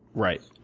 right.